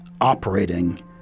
operating